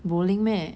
bowling meh